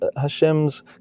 Hashem's